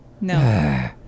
No